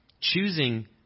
choosing